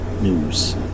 News